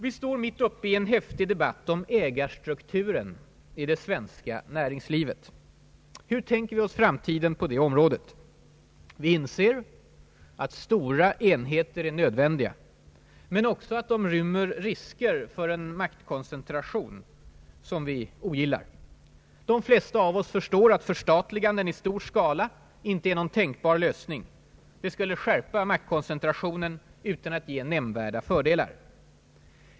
Vi står mitt uppe i en häftig debatt om ägarstrukturen i det svenska näringslivet. Hur tänker vi oss framtiden på detta område? Vi inser att stora enheter är nödvändiga — men också att de rymmer risker för en maktkoncen tration som vi ogillar. De flesta av oss förstår att förstatliganden i stor skala inte är någon tänkbar lösning — det skulle ju skärpa maktkoncentrationen utan att ge nämnvärda fördelar.